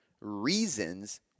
Reasons